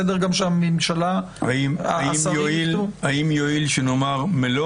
האם יועיל שנאמר מלוא